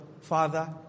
father